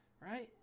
right